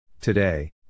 Today